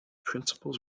principles